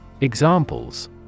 Examples